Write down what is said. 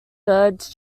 birds